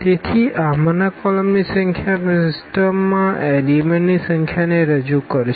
તેથી આમાંના કોલમની સંખ્યા આપણી સિસ્ટમમાં એલીમેન્ટ ની સંખ્યાને રજૂ કરશે